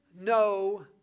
no